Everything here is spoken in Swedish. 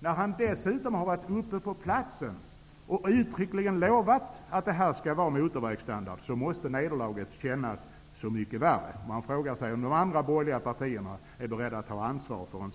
När han dessutom har varit uppe på platsen och uttryckligen lovat att det skall bli motorvägsstandard, måste nederlaget kännas så mycket värre. Man frågar sig om de andra borgerliga partierna är beredda att ta ansvar för